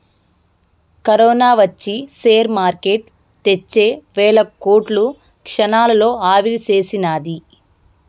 corona ఒచ్చి share market తెచ్చే వేల కోట్లు క్షణాల్లో ఆవిరిసేసినాది